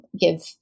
give